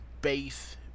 base